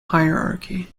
hierarchy